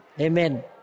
Amen